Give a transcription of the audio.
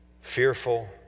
Fearful